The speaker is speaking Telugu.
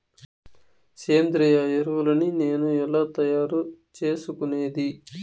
సేంద్రియ ఎరువులని నేను ఎలా తయారు చేసుకునేది?